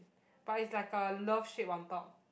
but it's like a love shape on top